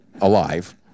alive